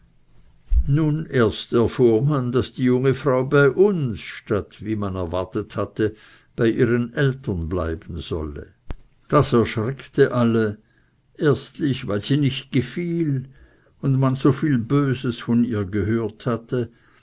nun erst erfuhr man daß die junge frau bei uns statt wie man erwartet hatte bei ihren eltern bleiben solle das erschreckte alle erstlich weil sie nicht gefiel und man so viel böses von ihr gehört hatte